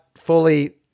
fully